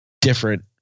different